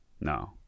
no